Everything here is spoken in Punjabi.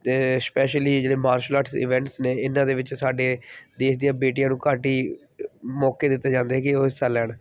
ਅਤੇ ਸਪੈਸ਼ਲੀ ਜਿਹੜੇ ਮਾਰਸ਼ਲ ਆਰਟ ਇਵੈਂਟਸ ਨੇ ਇਹਨਾਂ ਦੇ ਵਿੱਚ ਸਾਡੇ ਦੇਸ਼ ਦੀਆਂ ਬੇਟੀਆਂ ਨੂੰ ਘੱਟ ਹੀ ਮੌਕੇ ਦਿੱਤੇ ਜਾਂਦੇ ਸੀ ਕਿ ਉਹ ਹਿੱਸਾ ਲੈਣ